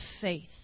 faith